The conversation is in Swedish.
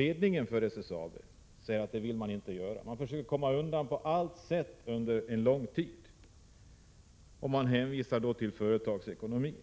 Ledningen för SSAB säger att den inte vill göra den investeringen. Den har under lång tid försökt komma undan på allt sätt under hänvisning till företagsekonomi.